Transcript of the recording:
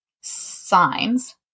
signs